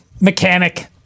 Mechanic